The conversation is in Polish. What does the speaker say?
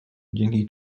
dzięki